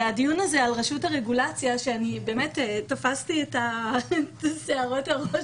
הדיון הזה על רשות הרגולציה, שתפסתי את שערות הראש